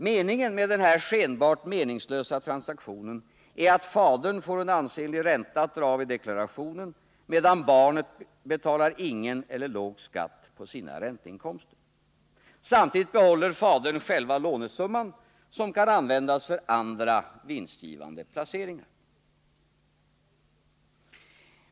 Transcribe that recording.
Avsikten med denna skenbart meningslösa transaktion är att fadern får en ansenlig ränta att dra av i deklarationen, medan barnet betalar ingen eller låg skatt för sina ränteinkomster. Samtidigt behåller fadern själva lånesumman, som kan användas för andra vinstgivande placeringar.